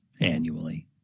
annually